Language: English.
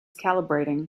calibrating